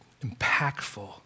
impactful